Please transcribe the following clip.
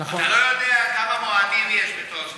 אתה לא יודע כמה מועדים יש בתואר שלישי.